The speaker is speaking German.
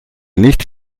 nicht